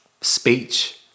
Speech